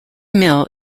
mill